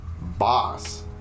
boss